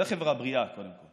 זו חברה בריאה, קודם כול.